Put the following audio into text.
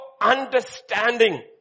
understanding